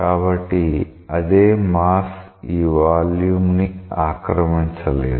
కాబట్టి అదే మాస్ ఈ వాల్యూమ్ ని ఆక్రమించలేదు